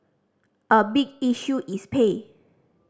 a big issue is pay